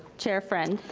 chair friend.